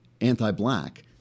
anti-black –